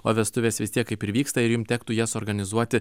o vestuvės vis tiek kaip ir vyksta ir jum tektų jas organizuoti